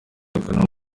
akanama